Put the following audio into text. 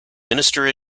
minister